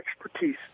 expertise